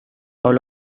all